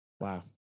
Wow